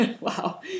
Wow